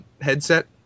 headset